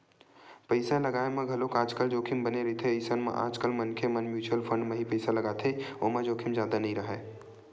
पइसा लगाय म घलोक आजकल जोखिम बने रहिथे अइसन म आजकल मनखे मन म्युचुअल फंड म ही पइसा लगाथे ओमा जोखिम जादा नइ राहय